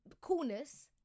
coolness